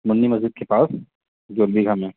منی مسجد کے پاس جوبیگھا میں